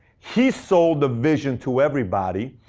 he sold the vision to everybody.